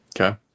Okay